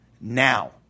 now